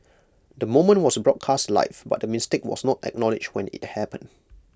the moment was broadcast live but the mistake was not acknowledged when IT happened